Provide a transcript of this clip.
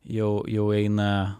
jau eina